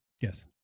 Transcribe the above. Yes